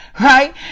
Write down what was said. right